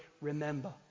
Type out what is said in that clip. remember